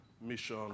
Mission